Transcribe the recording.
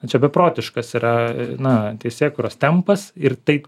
čia beprotiškas yra na teisėkūros tempas ir taip